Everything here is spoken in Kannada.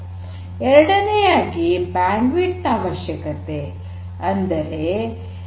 ಎರಡನೆಯದಾಗಿ ಬ್ಯಾಂಡ್ ವಿಡ್ತ್ ನ ಅವಶ್ಯಕತೆ